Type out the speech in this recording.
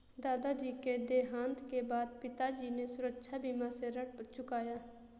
दादाजी के देहांत के बाद पिताजी ने सुरक्षा बीमा से ऋण चुकाया